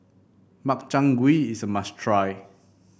Makchang Gui is a must try